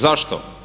Zašto?